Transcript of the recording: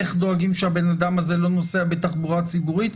איך דואגים שהבן אדם הזה לא נוסע בתחבורה ציבורית,